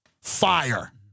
fire